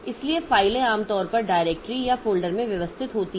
इसलिए फाइलें आमतौर पर डायरेक्टरी या फ़ोल्डर में व्यवस्थित होती हैं